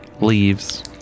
leaves